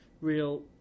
real